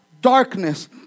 darkness